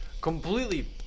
completely